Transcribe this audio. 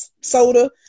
soda